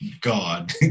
God